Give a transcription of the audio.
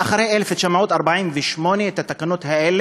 1948, לאחר ארבעה ימים,